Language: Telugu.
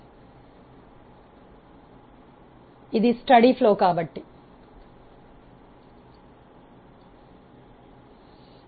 పేజీ 6 ఇది స్థిరమైన ప్రవాహం